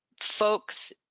folks